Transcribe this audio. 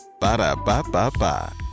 Ba-da-ba-ba-ba